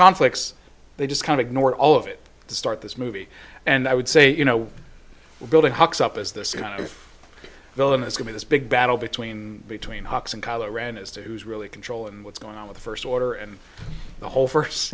conflicts they just kind of ignore all of it to start this movie and i would say you know we're building hooks up as this kind of villain is going to this big battle between between hawks and colorado as to who's really control and what's going on with the first order and the whole first